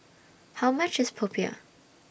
How much IS Popiah